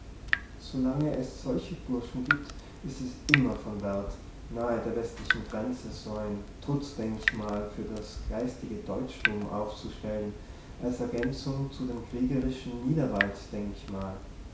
es solche burschen gibt ist es immer von wert nahe der westlichen grenze so ein trutzdenkmal für das geistige deutschtum aufzustellen als ergänzung zu dem kriegerischen niederwalddenkmal